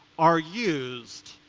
are used.